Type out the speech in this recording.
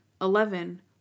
Eleven